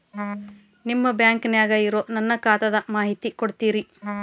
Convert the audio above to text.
ನಿಮ್ಮ ಬ್ಯಾಂಕನ್ಯಾಗ ಇರೊ ನನ್ನ ಖಾತಾದ ಮಾಹಿತಿ ಕೊಡ್ತೇರಿ?